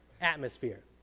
atmosphere